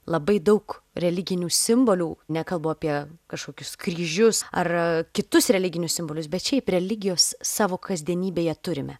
labai daug religinių simbolių nekalbu apie kažkokius kryžius ar kitus religinius simbolius bet šiaip religijos savo kasdienybėje turime